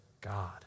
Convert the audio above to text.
God